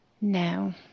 No